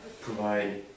provide